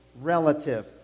relative